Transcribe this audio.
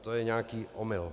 To je nějaký omyl.